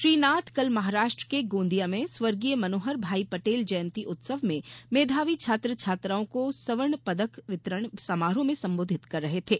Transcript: श्री नाथ कल महाराष्ट्र के गोंदिया में स्वर्गीय मनोहर भाई पटेल जयंती उत्सव में मेधावी छात्र छात्राओं को स्वर्ण पदक वितरण समारोह में संबोधित कर रहे थे